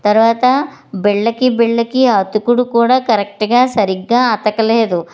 తర్వాత బిళ్ళకి బిళ్ళకి అతుకుడు కూడా కరక్ట్గా సరిగ్గా అతకలేదు